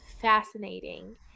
fascinating